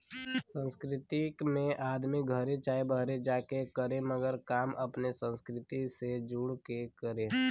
सांस्कृतिक में आदमी घरे चाहे बाहरे जा के करे मगर काम अपने संस्कृति से जुड़ के करे